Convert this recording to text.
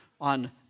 on